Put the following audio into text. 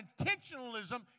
intentionalism